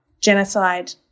genocide